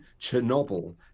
chernobyl